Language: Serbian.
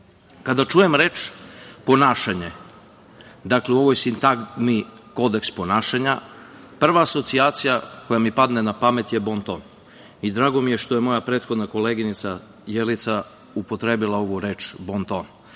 čujem reč „ponašanje“, dakle, u ovoj sintagmi „kodeks ponašanja“, prava asocijacija koja mi padne na pamet je bonton. Drago mi je što je moja prethodna koleginica Jelica upotrebila ovu reč bonton,